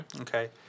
Okay